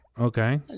Okay